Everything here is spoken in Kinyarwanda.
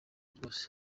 rwose